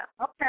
Okay